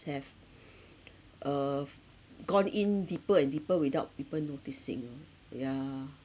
have uh f~ gone in deeper and deeper without people noticing orh yeah